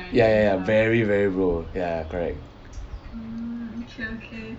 ya ya ya very very pro ya correct